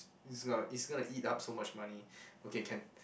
is gonna is gonna eat up so much money okay can